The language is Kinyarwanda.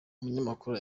umunyamakuru